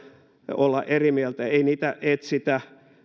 olla eri mieltä ei niitä etsitä